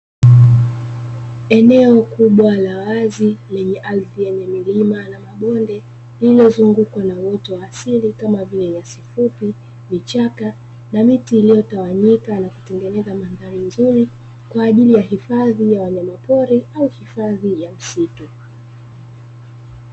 Eneo kubwa la wazi lenye ardhi ya milima na mabonde lililozungukwa na uoto wa asili kama vile nyasi fupi, vichaka na miti iliyotawanyika kutengeneza mandhari nzuri kwa ajili ya hifadhi ya wanyama pori au hifadhi ya misitu.